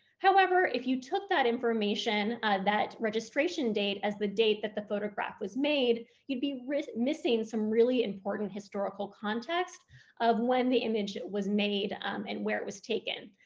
however, if you took that information that registration date as the date that the photograph was made, you'd be missing some really important historical context of when the image was made and where it was taken.